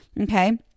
Okay